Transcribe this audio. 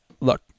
look